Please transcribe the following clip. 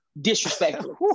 Disrespectful